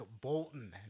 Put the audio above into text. Bolton